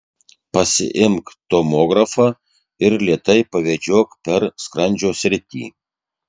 pasiimk tomografą ir lėtai pavedžiok per skrandžio sritį